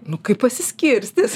nu kaip pasiskirstys